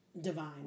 divine